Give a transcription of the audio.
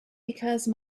because